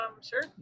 sure